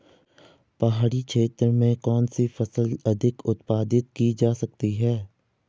पहाड़ी क्षेत्र में कौन सी फसल अधिक उत्पादित की जा सकती है?